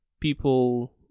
people